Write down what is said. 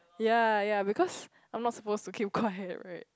ya ya because I'm not supposed to keep quiet right